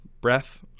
breath